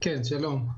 שלום.